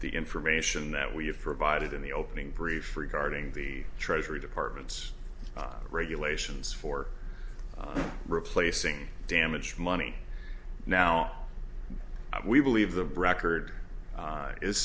the information that we have provided in the opening brief regarding the treasury department's regulations for replacing damaged money now we believe the record